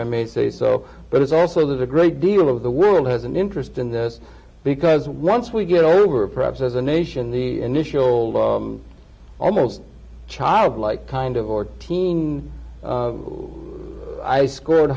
i may say so but it's also there's a great deal of the women had an interest in this because once we get over perhaps as a nation the initial almost childlike kind of or teen i scored